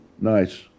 nice